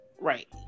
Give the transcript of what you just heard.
Right